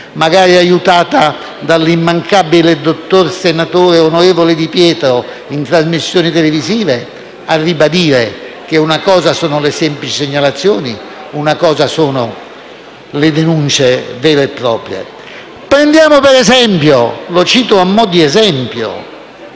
magari aiutata dall'immancabile dottor senatore onorevole Di Pietro, in trasmissioni televisive a ribadire che una cosa sono le semplici segnalazioni e una cosa sono le denunce vere e proprie. Prendiamo ad esempio l'articolo 2 del testo